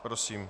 Prosím.